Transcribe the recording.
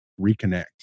reconnect